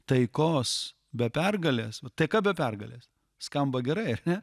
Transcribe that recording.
taikos be pergalės o taika be pergalės skamba gerai ar ne